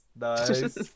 Nice